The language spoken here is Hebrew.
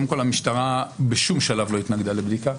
קודם כל המשטרה בשום שלב לא התנגדה לבדיקה.